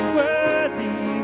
worthy